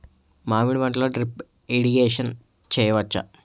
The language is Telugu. మామిడి పంటలో డ్రిప్ ఇరిగేషన్ చేయచ్చా?